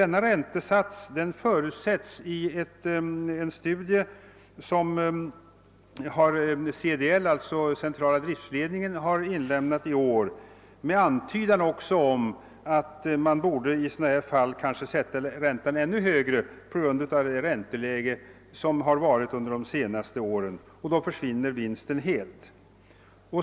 Denna räntesats förutsätts i en studie som CDL, Centrala driftledningen, inlämnat i år med antydan om att man i sådana här fall borde sätta räntan ännu högre med hänsyn till det ränteläge vi haft under de senaste åren. I så fall försvinner vinsten helt.